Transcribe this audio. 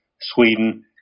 Sweden